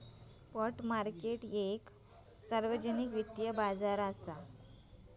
spot market एक सार्वजनिक वित्तिय बाजार हा